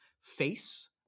face